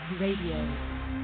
Radio